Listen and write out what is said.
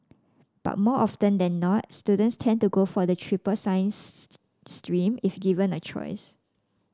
but more often than not students tend to go for the triple science stream if given a choice